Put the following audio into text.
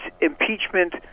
impeachment